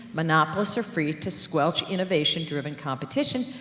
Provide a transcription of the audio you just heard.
monopolists are free to squelch innovation-driven competition,